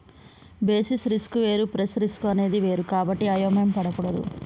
basis risk వేరు price risk అనేది వేరు కాబట్టి అయోమయం పడకూడదు